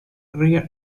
rear